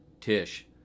Tish